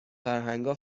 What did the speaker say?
فرهنگها